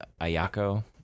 Ayako